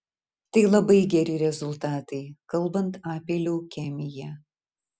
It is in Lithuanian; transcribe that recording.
tai labai geri rezultatai kalbant apie leukemiją